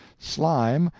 slime,